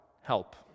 help